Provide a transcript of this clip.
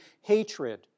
hatred